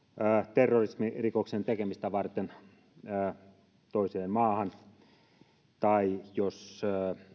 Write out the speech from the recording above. terrorismirikoksen tekemistä varten toiseen maahan tai jos